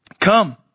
Come